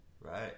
right